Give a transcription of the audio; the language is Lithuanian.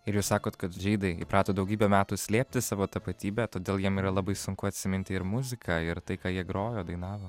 ir jūs sakot kad žydai įprato daugybę metų slėpti savo tapatybę todėl jiem yra labai sunku atsiminti ir muziką ir tai ką jie grojo dainavo